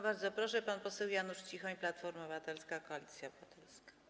Bardzo proszę, pan poseł Janusz Cichoń, Platforma Obywatelska - Koalicja Obywatelska.